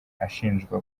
ashinjwa